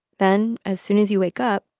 then, as soon as you wake up,